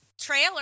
trailer